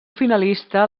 finalista